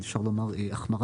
אפשר לומר,